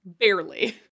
barely